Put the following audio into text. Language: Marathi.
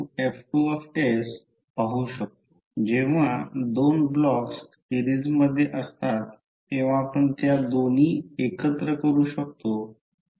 आणि R हा DC सर्किट मध्ये रेसिस्टन्स आहे तर मग्नेटिक सर्किटमध्ये रिल्यक्टन्स आहे ती फक्त त्याच्याशी साधर्म्य साधणारी आहे